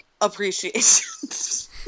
appreciations